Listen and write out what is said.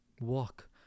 Walk